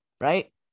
Right